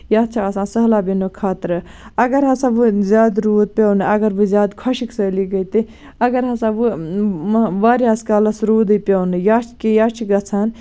یَتھ چھُ آسان سہلاب یِنُک خطرٕ اَگر ہسا وۄنۍ زیادٕ روٗد پیوٚو نہٕ اَگر وۄنۍ زیادٕ خۄشٔک سٲلی گے تہٕ اَگر ہسا وۄنۍ واریاہَس کالَس روٗدے پیوٚو نہٕ یا کہِ یا چھِ گژھان